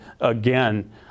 again